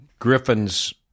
Griffin's